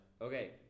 Okay